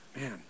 Man